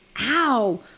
ow